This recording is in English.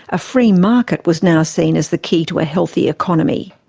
a free market was now seen as the key to a healthy economy.